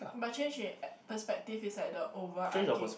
but change in perceptive is like the overarching